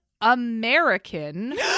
American